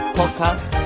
podcast